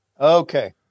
Okay